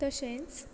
तशेंच